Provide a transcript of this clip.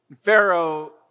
Pharaoh